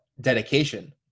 dedication